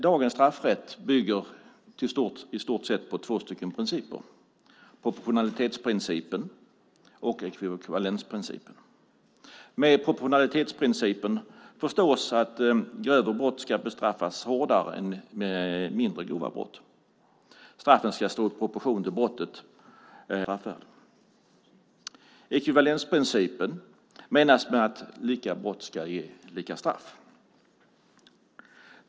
Dagens straffrätt bygger i stort sett på två principer: proportionalitetsprincipen och ekvivalensprincipen. Med proportionalitetsprincipen förstås att grövre brott ska bestraffas hårdare än mindre grova brott. Straffet ska stå i proportion till brottet eller, om det är fler brott, till det samlade brottets straffvärde. Med ekvivalensprincipen menas att lika brott ska ge lika straff.